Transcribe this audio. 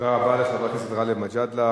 תודה רבה לחבר הכנסת גאלב מג'אדלה.